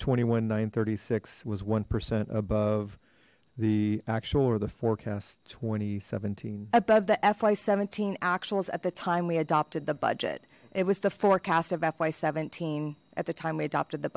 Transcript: twenty one nine hundred and thirty six was one percent above the actual or the forecast twenty seventeen above the fy seventeen actuals at the time we adopted the budget it was the forecast of fy seventeen at the time we adopted the